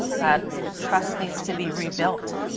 that trust needs to be rebuilt.